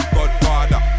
Godfather